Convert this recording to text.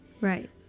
Right